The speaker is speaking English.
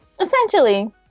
Essentially